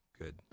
good